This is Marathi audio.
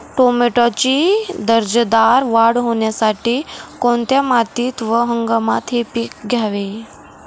टोमॅटोची दर्जेदार वाढ होण्यासाठी कोणत्या मातीत व हंगामात हे पीक घ्यावे?